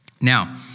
Now